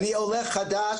אני עולה חדש,